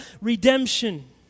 redemption